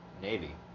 Navy